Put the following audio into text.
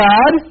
God